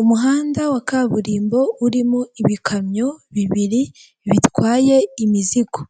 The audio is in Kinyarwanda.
Umuhanda wa kaburimbo urimo ibikamyo bibiri bitwaye imizigo